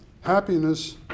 Happiness